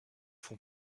font